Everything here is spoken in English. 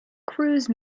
cruise